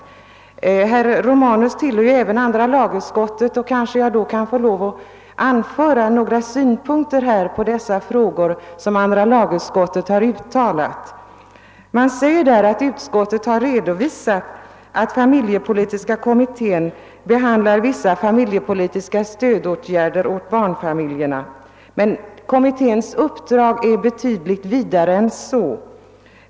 Även herr Romanus tillhör andra lagutskottet och jag vill citera några av utskottet anförda synpunkter på dessa frågor: »Som utskottet redan redovisat har familjepolitiska kommittén att behandla vissa familjepolitiska stödåtgärder för barnfamiljer. Kommitténs uppdrag är emellertid betydligt vidare.